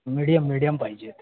medium medium पाहिजेत